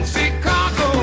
Chicago